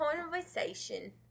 conversation